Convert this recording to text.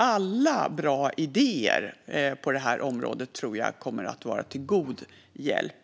Alla bra idéer på det här området tror jag kommer att vara till god hjälp.